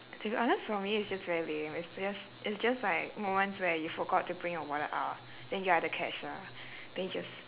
to be honest for me it's just very lame it's just it's just like moments where you forgot to bring your wallet out then you're at the cashier then you just